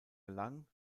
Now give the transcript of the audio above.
gelang